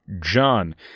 John